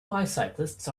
bicyclists